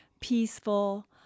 peaceful